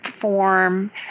form